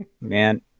man